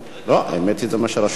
האמת שזה מה שרשום לי,